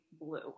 blue